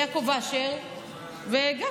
של יעקב אשר וגפני.